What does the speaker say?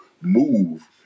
move